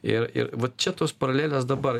ir ir va čia tos paralelės dabar